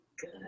good